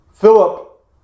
Philip